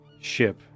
ship